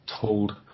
told